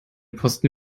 posten